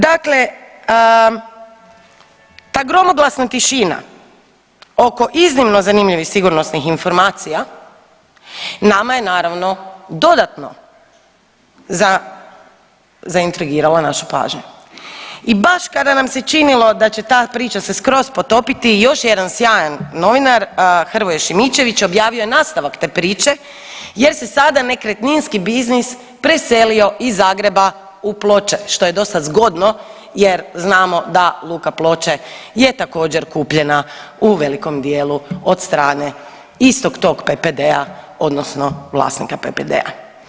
Dakle, ta gromoglasna tišina oko iznimno zanimljivih sigurnosnih informacija nama je naravno dodatno zaintrigirala našu pažnju i baš kada nam se činilo da će ta priča se skroz potopiti još jedan sjajan novinar Hrvoje Šimičević objavio je nastavak te priče jer se sada nekretninski biznis preselio iz Zagreba u Ploče što je dosad zgodno jer znamo da Luka Ploče je također kupljena u velikom dijelu od strane istog tog PPD-a odnosno vlasnika PPD-a.